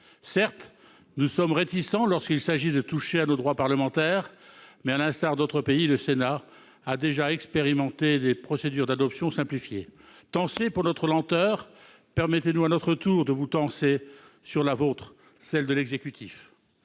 Certes, nous sommes réticents lorsqu'il s'agit de toucher à nos droits parlementaires. Néanmoins, à l'instar d'autres pays, le Sénat a déjà expérimenté des procédures d'adoption simplifiées. Tancés pour notre lenteur, permettez-nous, monsieur le ministre, à notre tour, de vous tancer sur la vôtre, celle de l'exécutif.